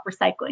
recycling